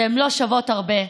והן לא שוות הרבה,